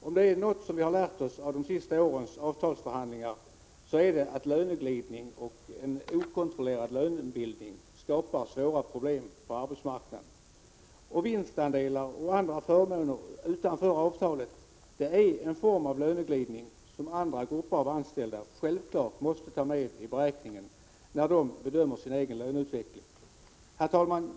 Om vi har lärt oss något av de senaste årens avtalsförhandlingar är det att löneglidning och en okontrollerad lönebildning skapar svåra problem på arbetsmarknaden. Vinstandelar och andra förmåner utanför avtalet är en form av löneglidning, som andra grupper av anställda självfallet måste ta med i beräkningen när de bedömer sin egen löneutveckling. Herr talman!